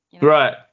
Right